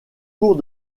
cours